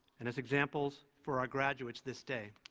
and as examples for our graduates this day.